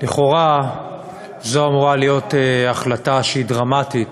לכאורה זו אמורה להיות החלטה שהיא דרמטית